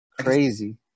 Crazy